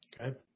Okay